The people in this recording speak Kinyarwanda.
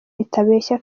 itabeshya